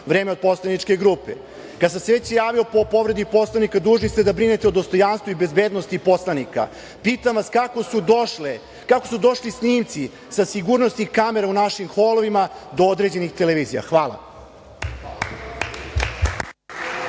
vreme od poslaničke grupe. Kada sam se već javio po povredi Poslovnika, dužni ste da brinete o dostojanstvu i bezbednosti poslanika. Pitam vas, kako su došli snimci sa sigurnosnih kamera u našim holovima do određenih televizija? Hvala.